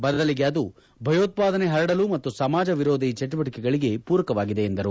ಬದಲಿಗೆ ಅದು ಭಯೋತ್ವಾದನೆ ಹರಡಲು ಮತ್ತು ಸಮಾಜ ವಿರೋಧಿ ಚಟುವಟಕೆಗಳಿಗೆ ಪೂರಕವಾಗಿದೆ ಎಂದರು